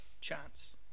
chance